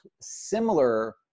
similar